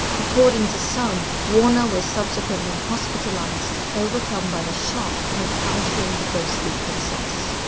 according to some, warner was subsequently hospitalized, overcome by the shock of encountering the ghostly princess.